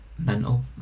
mental